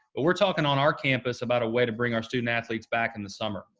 but we're talking on our campus about a way to bring our student athletes back in the summer.